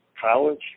college